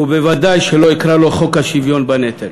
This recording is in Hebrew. ודאי שלא אקרא לו חוק השוויון בנטל,